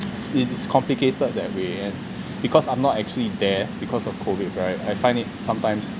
it's it's complicated that way and because I'm not actually there because of COVID right I find it sometimes